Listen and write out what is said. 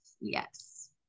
yes